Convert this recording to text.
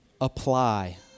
apply